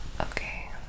Okay